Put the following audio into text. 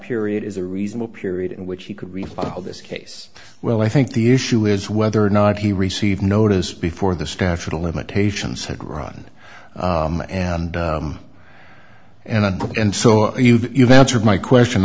period is a reasonable period in which he could refile this case well i think the issue is whether or not he received notice before the statute of limitations had run and and and and so you've answered my question